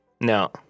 No